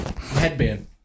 Headband